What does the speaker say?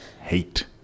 hate